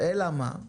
אלא מה,